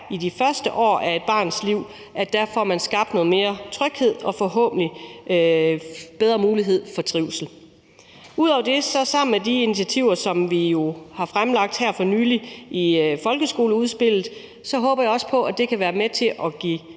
til de første år af et barns skoleliv får skabt noget mere tryghed og forhåbentlig bedre muligheder for trivsel. Jeg håber derudover også, at det sammen med de initiativer, som vi jo har fremlagt her for nylig i folkeskoleudspillet, kan være med til at give